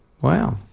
Wow